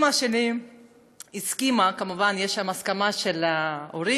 אימא שלי הסכימה, כמובן שיש שם הסכמה של ההורים,